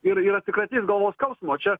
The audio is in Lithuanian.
ir ir atsikratys galvos skausmo čia